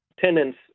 tenants